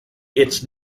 its